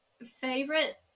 favorite